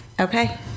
Okay